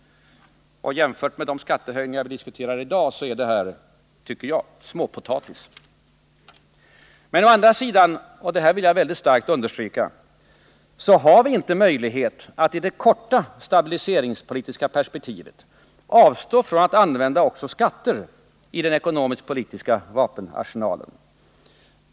De skattehöjningar vi diskuterar i dag är enligt min mening småpotatis jämfört med detta. Jag vill starkt understryka att vi i de korta stabiliseringspolitiska perspektiven inte har några möjligheter att avstå från att använda även skatter i den ekonomisk-politiska vapenarsenalen.